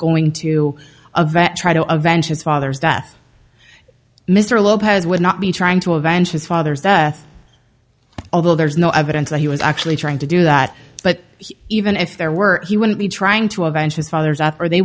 going to a vet try to avenge his father's death mr lopez would not be trying to avenge his father's death although there is no evidence that he was actually trying to do that but even if there were he wouldn't be trying to avenge his father's up or they